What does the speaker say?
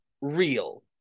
real